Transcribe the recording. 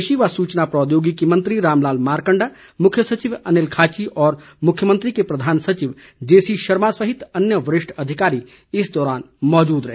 कृषि व सूचना प्रौद्योगिकी मंत्री रामलाल मारकंडा मुख्य सचिव अनिल खाची और मुख्यमंत्री के प्रधान सचिव जेसी शर्मा सहित अन्य वरिष्ठ अधिकारी इस दौरान मौजूद रहे